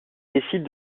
décide